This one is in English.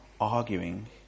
arguing